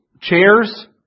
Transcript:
chairs